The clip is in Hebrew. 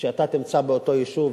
כשאתה תמצא באותו יישוב